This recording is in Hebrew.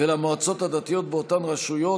ולמועצות הדתיות באותן רשויות,